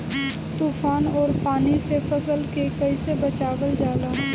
तुफान और पानी से फसल के कईसे बचावल जाला?